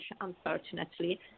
unfortunately